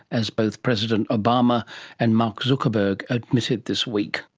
as both president obama and mark zuckerberg admitted this week.